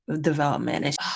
development